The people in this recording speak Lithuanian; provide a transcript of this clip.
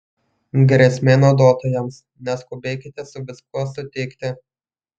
grėsmė naudotojams neskubėkite su viskuo sutikti